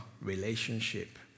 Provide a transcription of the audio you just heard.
relationship